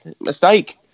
mistake